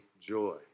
joy